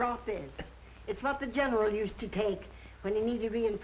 wrote the it's not the general used to take when you need to be in